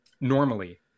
normally